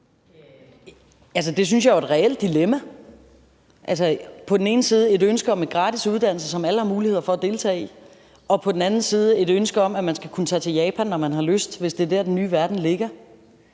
det synes jeg jo er et reelt dilemma. På den ene side er der et ønske om en gratis uddannelse, som alle har mulighed for at deltage i, og på den anden side et ønske om, at man skal kunne tage til Japan, når man har lyst, hvis det er der, den nye verden ligger.